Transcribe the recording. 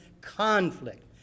conflict